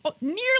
nearly